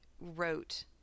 wrote